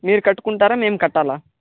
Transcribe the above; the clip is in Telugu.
మీరు కట్టుకుంటారా మేము కట్టాలా